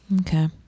Okay